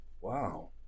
Wow